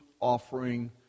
offering